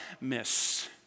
miss